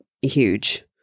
huge